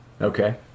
Okay